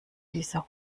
dieser